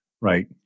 right